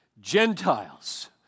Gentiles